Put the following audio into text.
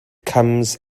comes